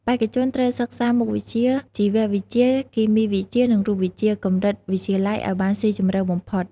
បេក្ខជនត្រូវសិក្សាមុខវិជ្ជាជីវវិទ្យា គីមីវិទ្យា និងរូបវិទ្យា កម្រិតវិទ្យាល័យឲ្យបានស៊ីជម្រៅបំផុត។